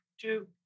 Two